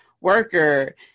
worker